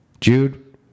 Jude